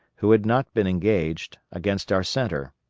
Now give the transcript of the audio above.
who had not been engaged, against our centre.